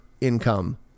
income